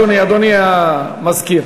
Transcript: אדוני המזכיר.